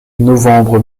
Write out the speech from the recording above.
novembre